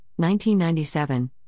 1997